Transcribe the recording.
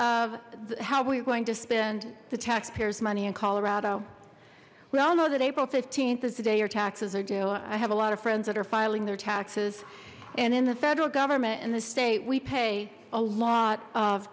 of how we're going to spend the taxpayers money in colorado we all know that april th is a day your taxes are due i have a lot of friends that are filing their taxes and in the federal government in the state we pay a lot of